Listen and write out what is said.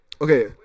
Okay